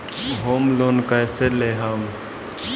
Home loan कैसे लेहम?